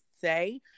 say